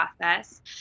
process